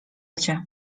cię